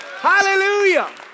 Hallelujah